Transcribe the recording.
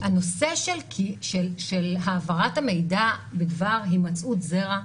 חשוב מאוד להסביר את הנושא של העברת המידע בדבר הימצאות זרע.